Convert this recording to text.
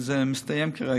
וזה מסתיים כרגע.